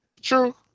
True